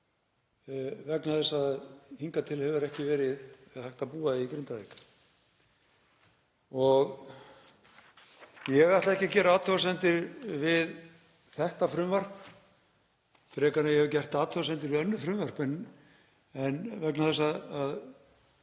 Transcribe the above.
vegna þess að hingað til hefur ekki verið hægt að búa í Grindavík Ég ætla ekki að gera athugasemdir við þetta frumvarp frekar en ég hef gert athugasemdir við önnur frumvörp, vegna þess að